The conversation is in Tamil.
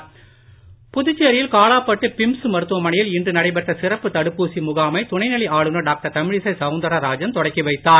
தமிழசைபிம்ஸ் புதுச்சேரியில் காலாப்பட்டு பிம்ஸ் மருத்துவமனையில் இன்று நடைபெற்ற சிறப்பு தடுப்பூசி முகாமை துணைநிலை ஆளுநர் டாக்டர் தமிழிசை சவுந்தரராஜன் தொடக்கி வைத்தார்